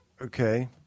Okay